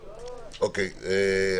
הוועדה,